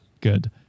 Good